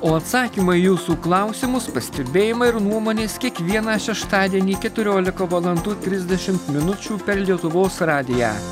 o atsakymai jūsų klausia mūsų pastebėjimai ir nuomonės kiekvieną šeštadienį keturiolika valandų trisdešimt minučių per lietuvos radiją